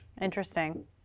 Interesting